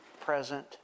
present